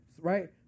right